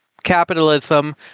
capitalism